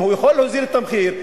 אם הוא יכול להוזיל את המחיר,